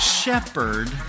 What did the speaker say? shepherd